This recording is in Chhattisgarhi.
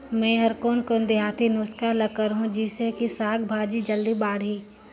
मै हर कोन कोन देहाती नुस्खा ल करहूं? जिसे कि साक भाजी जल्दी बाड़ही?